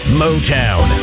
motown